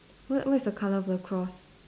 what what is the colour for the cross